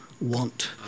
want